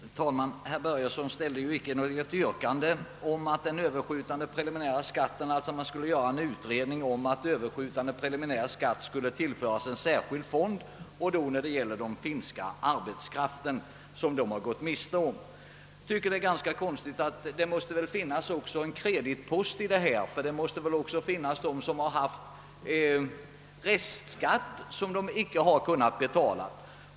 Herr talman! Herr Börjesson i Falköping ställde inte något yrkande om en utredning i syfte att undersöka möjlig: heterna att av den överskjutande preliminära skatt, som finländsk arbetskraft gått miste om, bilda en särskild fond för kulturella aktiviteter bland den finländska arbetskraften. Det måste väl också finnas en kreditpost, eftersom en del finländska arbetstagare måste ha fått restskatt som de inte kunnat betala.